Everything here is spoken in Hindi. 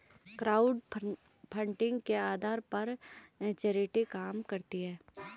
क्राउडफंडिंग के आधार पर चैरिटी काम करती है